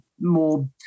more